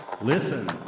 Listen